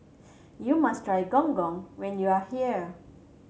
you must try Gong Gong when you are here